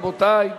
רבותי.